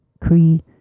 Cree